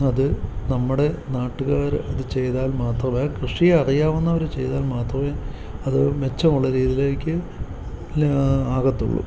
അത് നമ്മുടെ നാട്ടുകാർ അതു ചെയ്താൽ മാത്രമേ കൃഷി അറിയാവുന്നവർ ചെയ്താൽ മാത്രമേ അത് മെച്ചമുള്ള രീതിയിലേക്ക് അല്ലെങ്കിൽ ആ ആകത്തുള്ളു